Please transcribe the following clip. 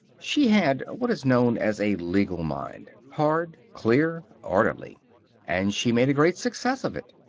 she had what is known as a legal mind hard, clear, orderly and she made a great success of it.